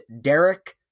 Derek